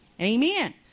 Amen